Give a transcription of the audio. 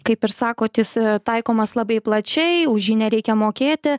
kaip ir sakot jis taikomas labai plačiai už jį nereikia mokėti